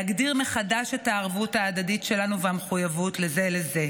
להגדיר מחדש את הערבות ההדדית שלנו והמחויבות זה לזה.